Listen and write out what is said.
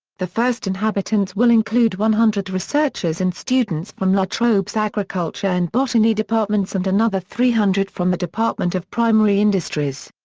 the first inhabitants will include one hundred researchers and students from la trobe's agriculture and botany departments and another three hundred from the department of primary industries.